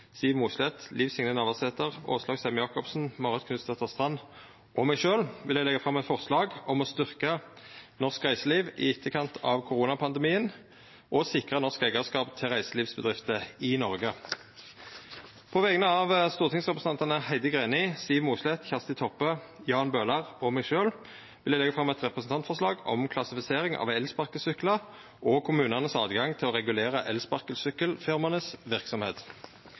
Siv Mossleth, Liv Signe Navarsete, Åslaug Sem-Jacobsen, Marit Knutsdatter Strand og meg sjølv vil eg leggja fram eit forslag om å styrkja norsk reiseliv i etterkant av koronapandemien og sikra norsk eigarskap til reiselivsbedrifter i Noreg. På vegner av stortingsrepresentantane Heidi Greni, Siv Mossleth, Kjersti Toppe, Jan Bøhler og meg sjølv vil eg leggja fram eit representantforslag om klassifisering av el-sparkesyklar og kommunane sin rett til å